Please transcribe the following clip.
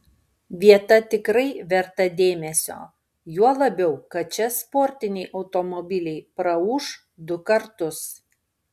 vieta tikrai verta dėmesio juo labiau kad čia sportiniai automobiliai praūš du kartus